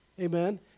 Amen